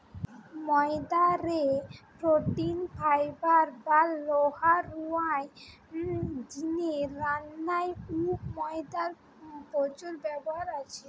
ময়দা রে protein, fibre বা লোহা রুয়ার জিনে রান্নায় অউ ময়দার প্রচুর ব্যবহার আছে